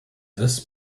this